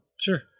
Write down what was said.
sure